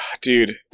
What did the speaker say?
dude